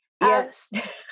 Yes